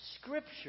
scripture